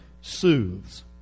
soothes